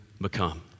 become